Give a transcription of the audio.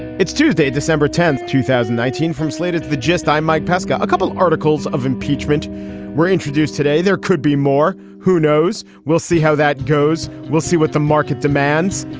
it's tuesday, december tenth, two thousand and nineteen from slated the gist. i'm mike pesca. a couple of articles of impeachment were introduced today there could be more. who knows? we'll see how that goes. we'll see what the market demands.